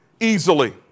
easily